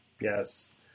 Yes